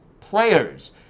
players